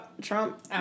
Trump